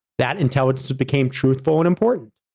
that intelligence became truthful and important.